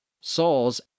Saul's